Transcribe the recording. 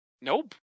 Nope